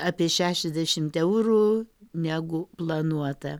apie šešiasdešimt eurų negu planuota